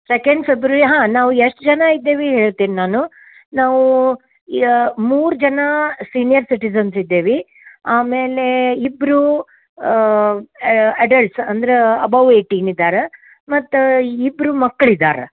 second February ಹಾಂ ನಾವು ಎಷ್ಟು ಜನ ಇದ್ದೇವೆ ಹೇಳ್ತಿನಿ ನಾನು ನಾವು ಈಗ ಮೂರು ಜನ ಸೀನಿಯರ್ ಸಿಟಿಸನ್ಸ್ ಇದ್ದೇವೆ ಆಮೇಲೆ ಇಬ್ಬರು ಎಡಲ್ಟ್ಸ್ ಅಂದ್ರೆ ಅಬೌವ್ ಏಯ್ಟಿನ್ ಇದ್ದಾರೆ ಮತ್ತು ಇಬ್ಬರು ಮಕ್ಳು ಇದಾರೆ